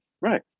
Right